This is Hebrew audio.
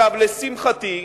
לשמחתי,